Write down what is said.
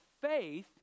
faith